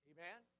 Amen